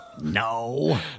No